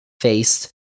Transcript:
faced